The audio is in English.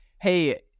hey